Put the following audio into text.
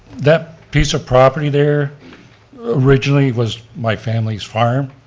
that piece of property there originally was my family's farm.